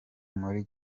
muri